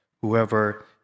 whoever